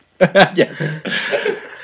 Yes